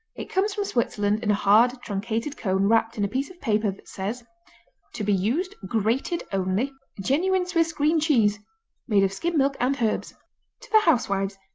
it comes from switzerland in a hard, truncated cone wrapped in a piece of paper that says to be used grated only genuine swiss green cheese made of skimmed milk and herbs to the housewives!